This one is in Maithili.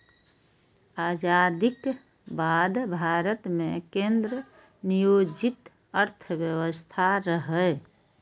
आजादीक बाद भारत मे केंद्र नियोजित अर्थव्यवस्था रहै